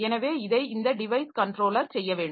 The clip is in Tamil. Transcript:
எனவே இதை இந்த டிவைஸ் கனட்ரோலர் செய்ய வேண்டும்